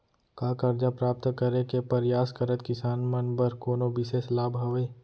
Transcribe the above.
का करजा प्राप्त करे के परयास करत किसान मन बर कोनो बिशेष लाभ हवे?